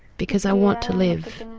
because i want to live.